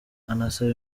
anasaba